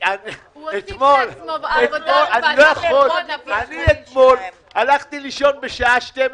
באותה נשימה התחייבנו חצי מיליארד שקל,